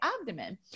abdomen